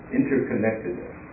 interconnectedness